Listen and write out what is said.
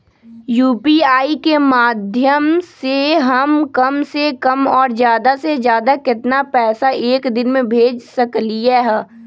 UPI के माध्यम से हम कम से कम और ज्यादा से ज्यादा केतना पैसा एक दिन में भेज सकलियै ह?